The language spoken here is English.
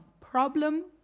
problem